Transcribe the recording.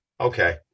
okay